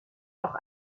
auch